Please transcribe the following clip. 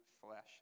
flesh